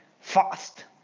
fast